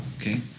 Okay